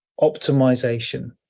optimization